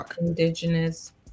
indigenous